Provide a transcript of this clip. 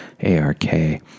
A-R-K